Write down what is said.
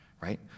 right